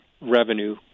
revenue